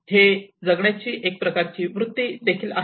हे जगण्याची एक प्रकारची वृत्ती देखील आहे